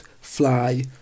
fly